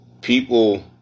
People